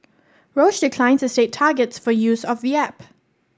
Roche declined to state targets for use of the app